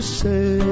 say